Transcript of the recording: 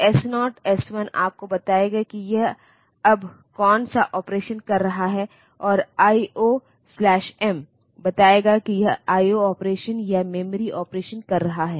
तो स्वचालित रूप से मानों को वहां लोड किया जाएगा लेकिन इन सभी अपलोडिंग को एक विकल्प मिला है जो कि इस अपलोड की गई सामग्री को सूचीबद्ध करना है